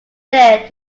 there